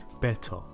better